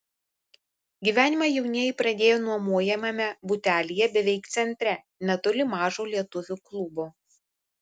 gyvenimą jaunieji pradėjo nuomojamame butelyje beveik centre netoli mažo lietuvių klubo